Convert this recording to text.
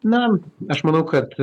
na aš manau kad